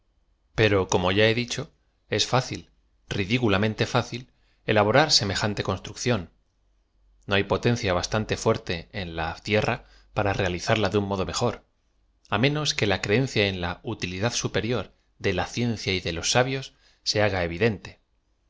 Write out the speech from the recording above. pero como y a he di cho es fácil ridiculamente fácil elaborar semejante construcción no ha potencia bastante fuerte en la ierra para realizarla de un modo mejor á menos que la creencia en la utilidad superior d t la ciencia y de los sabios se haga evidente